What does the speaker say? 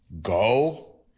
go